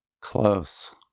Close